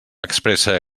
expressa